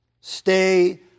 Stay